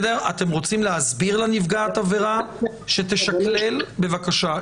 אתם רוצים להסביר לנפגעת העבירה שתשקלל בבקשה.